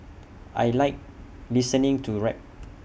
I Like listening to rap